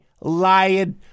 lying